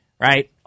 right